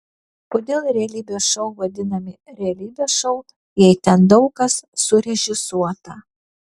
kodėl realybės šou vadinami realybės šou jei ten daug kas surežisuota